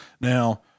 now